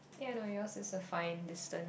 ya no yours is a fine distance